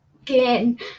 Again